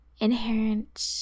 inherent